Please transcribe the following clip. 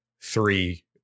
three